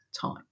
time